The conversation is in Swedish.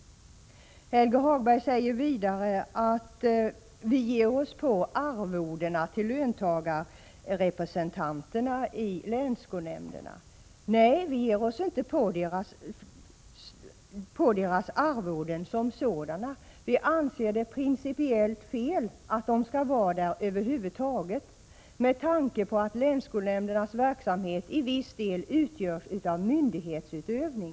Helge Hagberg säger vidare att vi ger oss på arvodena till löntagarrepresentanterna i länsskolnämnderna. Nej, vi ger oss inte på deras arvoden som sådana, utan vi anser det principiellt fel att dessa representanter skall vara där över huvud taget med tanke på att länsskolnämndernas verksamhet i viss del utgörs av myndighetsutövning.